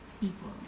people